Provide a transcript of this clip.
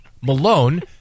Malone